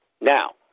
Now